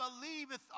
believeth